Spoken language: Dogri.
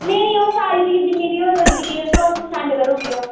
नेईं नेईं ओह् सारी जेह्की जिन्नी बी ओह् डिटेल्स ऐ ओह् तुसें ई सैंड करी ओड़गी अ'ऊं